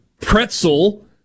pretzel